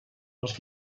els